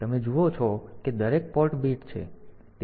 તેથી તમે જુઓ છો કે દરેક પોર્ટ બીટ છે તેથી આ 3